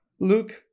Luke